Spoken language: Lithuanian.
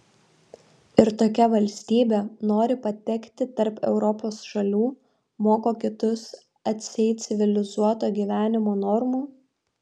ir tokia valstybė nori patekti tarp europos šalių moko kitus atseit civilizuoto gyvenimo normų